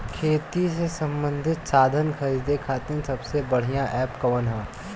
खेती से सबंधित साधन खरीदे खाती सबसे बढ़ियां एप कवन ह?